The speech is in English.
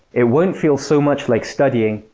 it won't feel so much like studying,